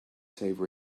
save